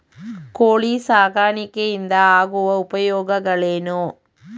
ಕೋಳಿ ಸಾಕಾಣಿಕೆಯಿಂದ ಆಗುವ ಉಪಯೋಗಗಳೇನು?